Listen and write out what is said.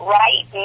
right